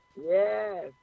Yes